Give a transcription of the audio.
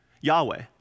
Yahweh